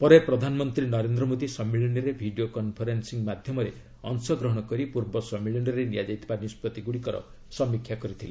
ପରେ ପ୍ରଧାନମନ୍ତ୍ରୀ ନରେନ୍ଦ୍ର ମୋଦି ସମ୍ମିଳନୀରେ ଭିଡ଼ିଓ କନ୍ଫରେନ୍ସିଂ ମାଧ୍ୟମରେ ଅଂଶଗ୍ରହଣ କରି ପୂର୍ବ ସମ୍ମିଳନୀରେ ନିଆଯାଇଥିବା ନିଷ୍କଭିଗୁଡ଼ିକର ସମୀକ୍ଷା କରିଥିଲେ